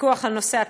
פיקוח על הצהרונים,